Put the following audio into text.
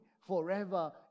forever